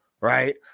Right